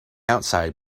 outside